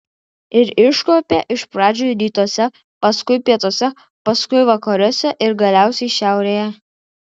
ir iškuopė iš pradžių rytuose paskui pietuose paskui vakaruose ir galiausiai šiaurėje